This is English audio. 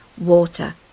water